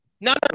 No